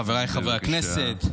חבריי חברי הכנסת,